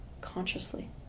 consciously